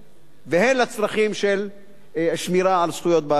והן לצרכים של שמירה על בעלי-החיים.